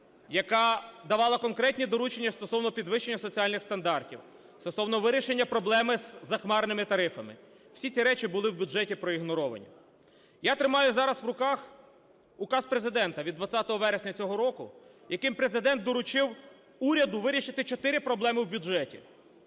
яка давала конкретні доручення стосовно підвищення соціальних стандартів, стосовно вирішення проблеми із захмарними тарифами, всі ці речі були в бюджеті проігноровані. Я тримаю зараз у руках Указ Президента від 20 вересня цього року, яким Президент доручив уряду вирішити 4 проблеми в бюджеті: